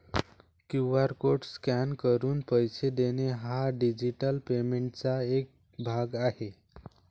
QR code scan करून पैसे देणे हा डिजिटल पेमेंटचा एक भाग आहे